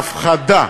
ההפחדה,